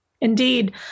Indeed